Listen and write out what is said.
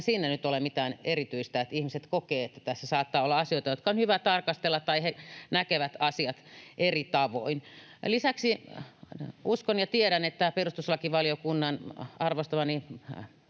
Eihän siinä nyt ole mitään erityistä, että ihmiset kokevat, että tässä saattaa olla asioita, joita on hyvä tarkastella, tai he näkevät asiat eri tavoin. Lisäksi uskon ja tiedän, että perustuslakivaliokunta arvostamani